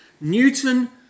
Newton